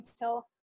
until-